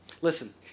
Listen